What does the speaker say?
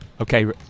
Okay